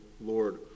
Lord